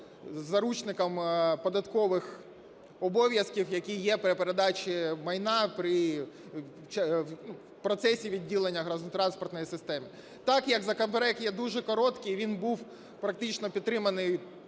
заручником податкових обов'язків, які є при передачі майна, при процесі відділення газотранспортної системи. Так як законопроект є дуже короткий, він був практично підтриманий